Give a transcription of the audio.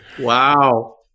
Wow